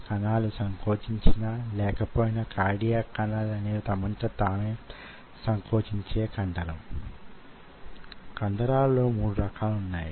ఈ వారం లో నిర్ధారితమైన 5 క్లాసులే కాకుండా కొన్ని అదనపు మోడ్యూల్స్ కూడా వున్నాయి